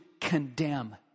condemn